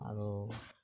আৰু